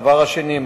הדבר השני,